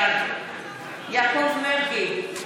בעד יעקב מרגי,